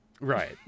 Right